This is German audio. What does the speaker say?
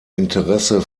interesse